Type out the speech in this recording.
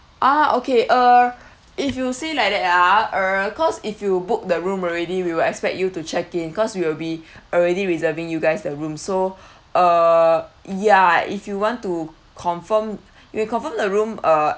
ah okay uh if you see like that ah uh cause if you book the room already we will expect you to check in cause we will be already reserving you guys the room so uh ya if you want to confirm you can confirm the room uh